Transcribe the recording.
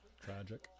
Tragic